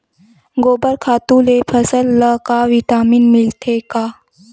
गोबर खातु ले फसल ल का विटामिन मिलथे का?